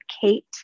Kate